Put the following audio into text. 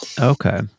Okay